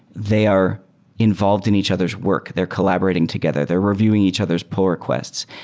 they are involved in each other's work. they're collaborating together. they're reviewing each other's pull requests.